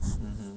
mmhmm